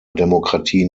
demokratie